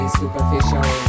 superficial